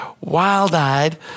wild-eyed